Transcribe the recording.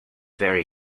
very